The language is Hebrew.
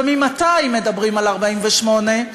וממתי מדברים על 48'?